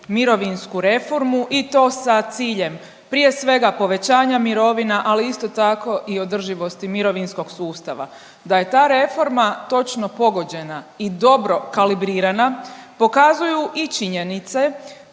mirovinsku reformu i to sa ciljem prije svega povećanja mirovina, ali isto tako i održivosti mirovinskog sustava. Da je ta reforma točno pogođena i dobro kalibrirana pokazuju i činjenice